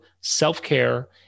self-care